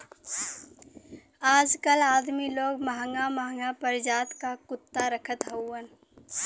आजकल अदमी लोग महंगा महंगा परजाति क कुत्ता रखत हउवन